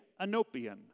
Anopian